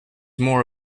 more